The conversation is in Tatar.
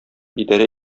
идарә